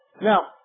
Now